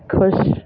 ਖੁਸ਼